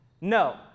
No